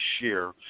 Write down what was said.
share